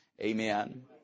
Amen